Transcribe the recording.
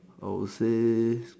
I would say